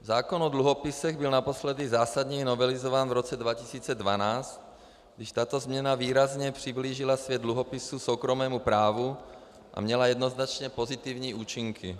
Zákon o dluhopisech byl naposledy zásadněji novelizován v roce 2012, když tato změna výrazně přiblížila svět dluhopisů soukromému právu a měla jednoznačně pozitivní účinky.